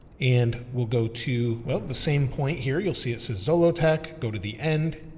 and we'll go to, well, the same point here, you'll see, it says zillow tech, go to the end